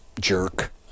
jerk